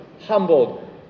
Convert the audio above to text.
humbled